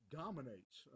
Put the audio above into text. dominates